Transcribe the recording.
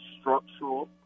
structural